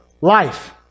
life